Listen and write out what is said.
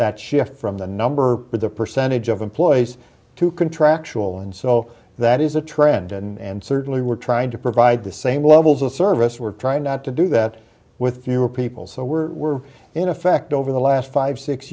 that shift from the number of the percentage of employees to contractual and so that is a trend and certainly we're trying to provide the same levels of service we're trying not to do that with fewer people so we're we're in effect over the last five six